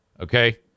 okay